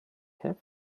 have